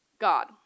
God